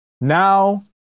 now